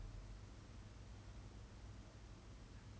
Singapore goods support